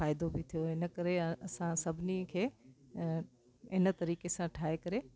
और फ़ाइदो बि थियो इन करे असां सभिनी खे इन तरीक़े सां ठाहे करे